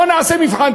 בוא נעשה מבחן.